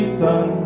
sun